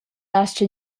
astga